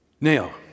Now